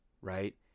right